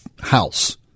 house